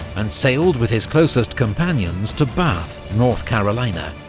and sailed with his closest companions to bath, north carolina,